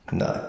no